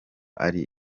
ari